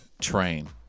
train